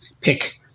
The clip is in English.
pick